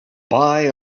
buy